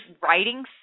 writing